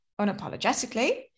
unapologetically